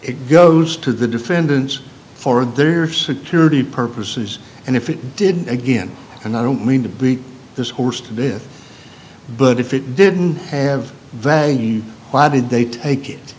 it goes to the defendants for their security purposes and if it did again and i don't mean to beat this horse to death but if it didn't have that why did they take